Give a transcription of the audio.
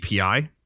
API